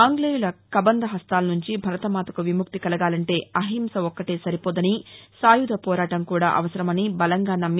ఆంగ్లేయుల కంబంధహస్తాల నుంచి భరతమాతకు విముక్తి కలగాలంటే అహింస ఒక్కటే సరిపోదని సాయుధ పోరాటం కూడా అవసరమని బలంగా నమ్మి